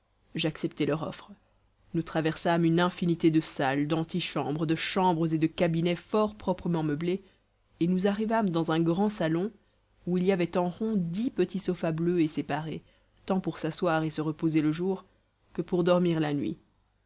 j'acceptai leur offre nous traversâmes une infinité de salles d'antichambres de chambres et de cabinets fort proprement meublés et nous arrivâmes dans un grand salon où il y avait en rond dix petits sofas bleus et séparés tant pour s'asseoir et se reposer le jour que pour dormir la nuit